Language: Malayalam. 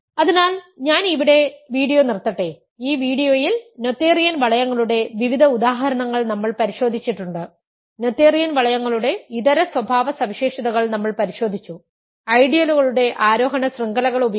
അതിനാൽ ഞാൻ ഇവിടെ വീഡിയോ നിർത്തട്ടെ ഈ വീഡിയോയിൽ നോതെറിയൻ വളയങ്ങളുടെ വിവിധ ഉദാഹരണങ്ങൾ നമ്മൾ പരിശോധിച്ചിട്ടുണ്ട് നോഥേറിയൻ വളയങ്ങളുടെ ഇതര സ്വഭാവസവിശേഷതകൾ നമ്മൾ പരിശോധിച്ചു ഐഡിയലുകളുടെ ആരോഹണ ശൃംഖലകൾ ഉപയോഗിച്ച്